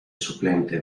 suplente